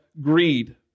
greed